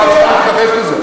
למה את צריכה להיכנס לזה?